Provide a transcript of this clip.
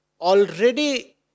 already